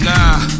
Nah